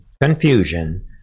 confusion